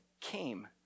came